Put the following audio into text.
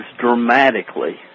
dramatically